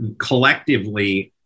collectively